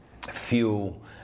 fuel